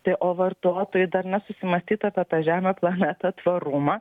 tai o vartotojai dar nesusimąstyt apie tą žemę planetą tvarumą